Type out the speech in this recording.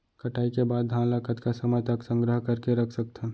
कटाई के बाद धान ला कतका समय तक संग्रह करके रख सकथन?